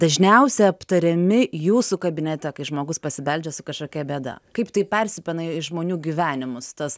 dažniausia aptariami jūsų kabinete kai žmogus pasibeldžia su kažkokia bėda kaip tai persipina į žmonių gyvenimus tas